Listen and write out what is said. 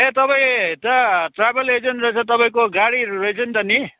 ए तपाईँ त travel agent रहेछ तपाईँको गाडी रहेछ नि त नि